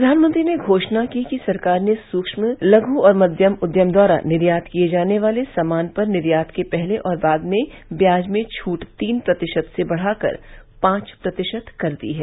प्रधानमंत्री ने घोषणा की कि सरकार ने सूक्ष्म लघु और मध्यम उद्यम द्वारा निर्यात किए जाने वाले सामान पर निर्यात के पहले और बाद में ब्याज में छूट तीन प्रतिशत से बढ़ाकर पांच प्रतिशत कर दी है